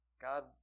God